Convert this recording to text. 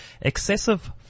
excessive